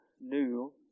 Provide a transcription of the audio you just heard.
new